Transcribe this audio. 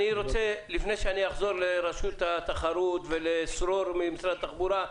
לפני שאני אחזור לרשות התחרות ולסרור ממשרד התחבורה,